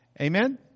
Amen